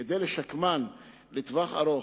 כדי לשקמן לטווח ארוך,